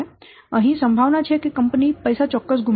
તેથી અહીં સંભાવના છે કે કંપની પૈસા ચોક્કસ ગુમાવશે